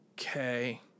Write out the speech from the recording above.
Okay